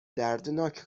دردناک